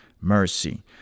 mercy